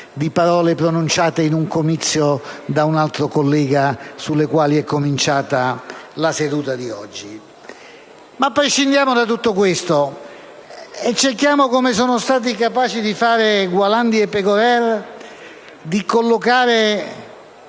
parole pronunciate in un comizio da un altro collega, sulle quali è cominciata la seduta di oggi. Ma prescindiamo da tutto questo e cerchiamo, come sono stati capaci di fare i senatori Gualdani e Pegorer, di collocare